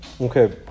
Okay